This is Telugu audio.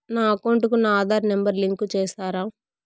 నా అకౌంట్ కు నా ఆధార్ నెంబర్ లింకు చేసారా